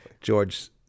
George